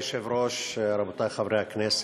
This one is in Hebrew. מכובדי היושב-ראש, רבותי חברי הכנסת,